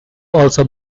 also